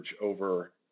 over